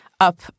up